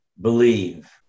believe